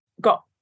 got